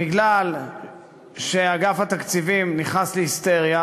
בגלל שאגף התקציבים נכנס להיסטריה,